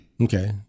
Okay